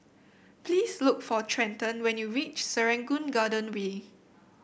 please look for Trenton when you reach Serangoon Garden Way